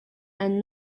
and